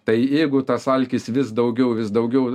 tai jeigu tas alkis vis daugiau vis daugiau